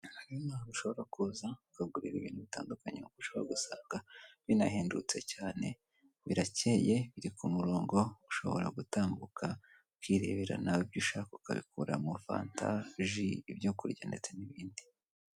Hanyuma ushobora kuza ukagurira ibintu bitandukanye ushobora gusanga binahendutse cyane birakeye biri ku murongo ushobora gutambuka ukirerebera nawe ibyo ushaka ukabikuramo fanta, ji ibyo kurya ndetse n'ibindi.